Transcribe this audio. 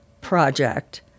project